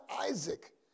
Isaac